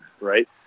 right